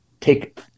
take